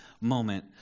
moment